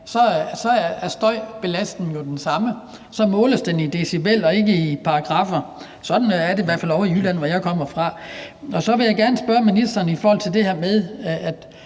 er støjbelastningen jo den samme – så måles den i decibel og ikke i paragraffer. Sådan er det i hvert fald ovre i Jylland, hvor jeg kommer fra. Så vil jeg gerne have ministeren til at svare på